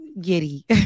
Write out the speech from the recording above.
giddy